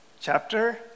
chapter